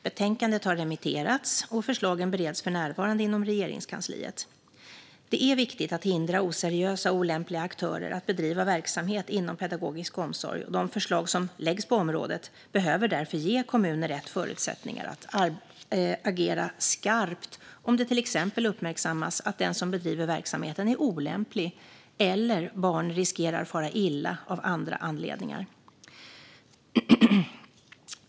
Betänkandet har remitterats, och förslagen bereds för närvarande inom Regeringskansliet. Det är viktigt att hindra oseriösa och olämpliga aktörer att bedriva verksamhet inom pedagogisk omsorg. De förslag som läggs fram på området behöver därför ge kommuner rätt förutsättningar att agera skarpt om det till exempel uppmärksammas att den som bedriver verksamheten är olämplig eller om barn riskerar att fara illa av andra anledningar.